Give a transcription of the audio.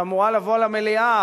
שאמורה לבוא למליאה,